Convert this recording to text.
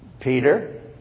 Peter